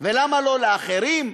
למה לא לאחרים?